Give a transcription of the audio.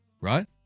right